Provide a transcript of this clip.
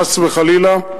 חס וחלילה.